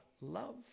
love